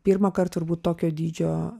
pirmąkart turbūt tokio dydžio